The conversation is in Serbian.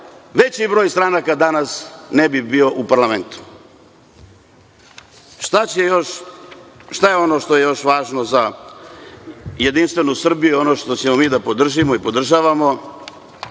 veći broj stranaka danas ne bi bio u parlamentu. Šta je ono što je još važno za Jedinstvenu Srbiju i ono što ćemo mi da podržimo i podržavamo?